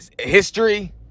history